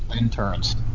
interns